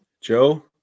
Joe